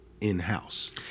in-house